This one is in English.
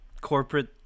corporate